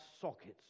sockets